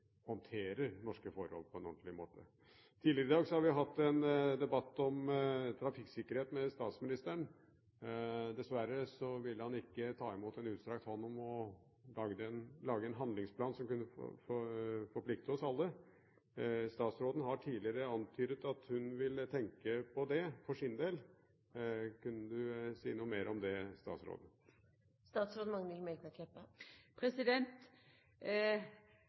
håndterer norske forhold på en ordentlig måte. Tidligere i dag har vi hatt en debatt om trafikksikkerhet med statsministeren. Dessverre ville han ikke ta imot en utstrakt hånd og lage en handlingsplan som kunne forplikte oss alle. Statsråden har tidligere antydet at hun for sin del vil tenke på det. Kunne statsråden si noe mer om det?